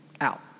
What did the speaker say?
Out